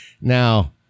Now